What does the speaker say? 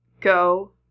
go